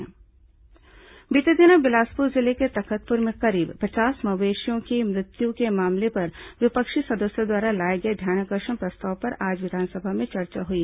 विधानसभा ध्यानाकर्षण बीते दिनों बिलासपुर जिले के तखतपुर में करीब पचास मवेशियों की मृत्यु के मामले पर विपक्षी सदस्यों द्वारा लाए गए ध्यानाकर्षण प्रस्ताव पर आज विधानसभा में चर्चा हुई